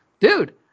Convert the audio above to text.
Dude